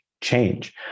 change